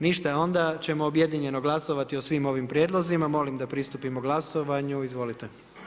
Ništa onda ćemo objedinjeno glasovati o svim ovim prijedlozima, molim da pristupimo glasovanju, izvolite.